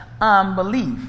unbelief